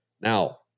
Now